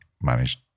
managed